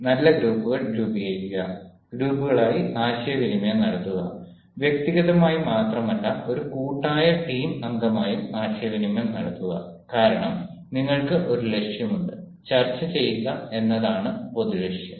നല്ല ഗ്രൂപ്പുകൾ രൂപീകരിക്കുക ഗ്രൂപ്പുകളായി ആശയവിനിമയം നടത്തുക വ്യക്തിഗതമായി മാത്രമല്ല ഒരു കൂട്ടായ ടീം അംഗമായും ആശയവിനിമയം നടത്തുക കാരണം നിങ്ങൾക്ക് ഒരു ലക്ഷ്യമുണ്ട് ചർച്ച ചെയ്യുക എന്നതാണ് പൊതു ലക്ഷ്യം